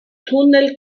tunnel